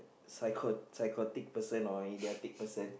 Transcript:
psycho~ psychotic person or idiotic person